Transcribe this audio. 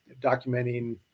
documenting